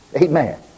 amen